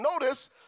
notice